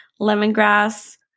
lemongrass